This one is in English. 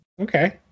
okay